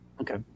Okay